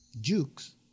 jukes